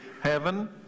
heaven